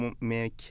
make